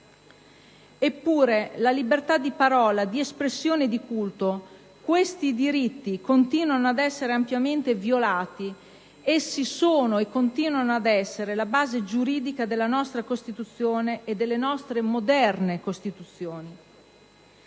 Eppure, la libertà di parola, di espressione e di culto, sono diritti che continuano ad essere ampiamente violati. Sono e continuano ad essere la base giuridica della nostra Costituzione e delle nostre moderne costituzioni.